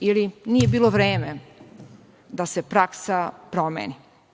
ili nije bilo vreme da se praksa promeni. Nakon